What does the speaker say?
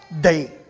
day